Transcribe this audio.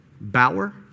bower